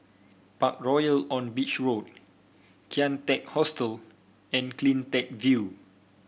Parkroyal on Beach Road Kian Teck Hostel and CleanTech View